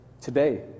Today